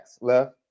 left